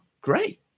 Great